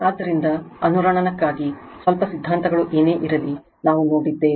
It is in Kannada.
ಆದ್ದರಿಂದ ಅನುರಣನಕ್ಕಾಗಿ ಸ್ವಲ್ಪ ಸಿದ್ಧಾಂತಗಳು ಏನೇ ಇರಲಿ ನಾವು ನೋಡಿದ್ದೇವೆ